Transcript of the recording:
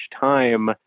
time